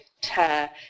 tear